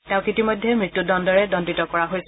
তেওঁক ইতিমধ্যে মত্যূদণ্ডৰে দণ্ডিত কৰা হৈছে